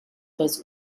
was